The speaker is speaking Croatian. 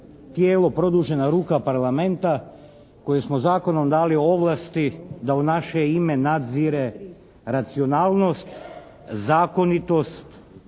tijelo produžena ruka Parlamenta kojem smo zakonom dali ovlasti da u naše ime nadzire racionalnost, zakonitost